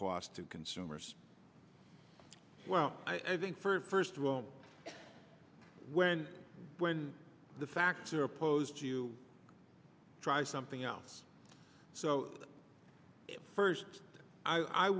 cost to consumers well i think for first of all when when the facts are opposed to you try something else so first i